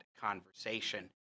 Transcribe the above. conversation